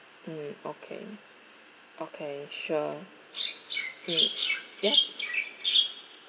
mm okay okay sure mm ya